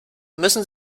müssen